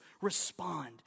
respond